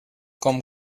com